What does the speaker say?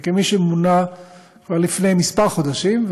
וכמי שמונה כבר לפני כמה חודשים,